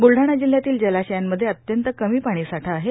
ब्लडाणा जिल्ह्यातील जलाशयांमध्ये अत्यंत कमी पाणीसाठा आहे